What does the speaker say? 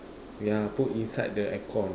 yeah put inside the aircon